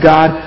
God